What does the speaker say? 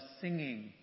singing